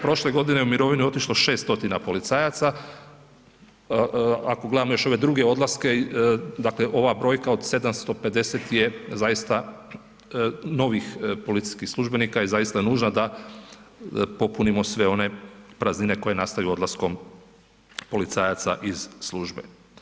Prošle godine u mirovinu je otišlo 600 policajaca, ako gledamo još ove druge odlaske dakle ova brojka od 750 je zaista novih policijskih službenika, je zaista nužna da popunimo sve one praznine koje nastaju odlaskom policajaca iz službe.